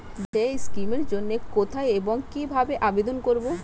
Day scheme এর জন্য কোথায় এবং কিভাবে আবেদন করব?